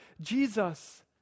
Jesus